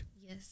Yes